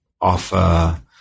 offer